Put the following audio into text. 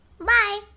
Bye